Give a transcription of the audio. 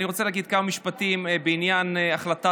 אני רוצה להגיד כמה משפטים בעניין החלטת